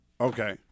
Okay